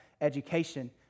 education